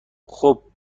خوب